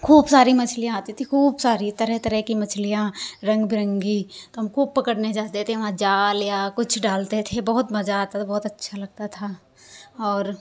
खूब सारी मछलियां आती थी खूब सारी तरह तरह की मछलियां रंग बिरंगी तो हम खूब पकड़ने जाते थे वहाँ जाल या कुछ डालते थे बहुत मज़ा आता था बहुत अच्छा लगता था और